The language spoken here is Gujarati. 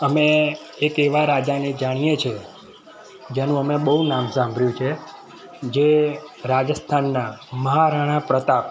અમે એક એવા રાજાને જાણીએ છીએ જેનું અમે બહુ નામ સાંભળ્યું છે જે રાજસ્થાનના મહારાણા પ્રતાપ